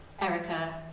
Erica